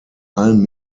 allen